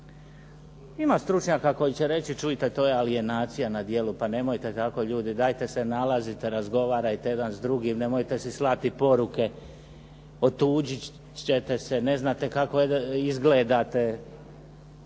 Ima stručnjaka koji će reći, čujte, to je alijenacija na djelu, pa nemojte tako ljudi, dajte se nalazite, razgovarajte jedan s drugim, nemojte si slati poruke, otuđit ćete se, ne znate kako izgledate.